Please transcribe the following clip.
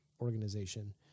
organization